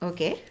Okay